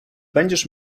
będziesz